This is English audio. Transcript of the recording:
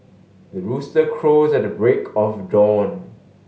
the rooster crows at the break of dawn